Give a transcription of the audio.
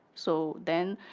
so then,